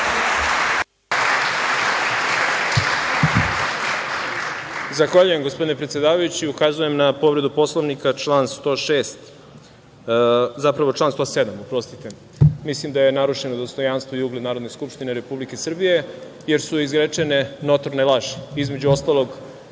Zahvaljujem, gospodine predsedavajući. Ukazujem na povredu Poslovnika, član 106, zapravo član 107, oprostite. Mislim da je narušeno dostojanstvo i ugled Narodne skupštine Republike Srbije, jer su izrečene notorne laži. Između ostalog,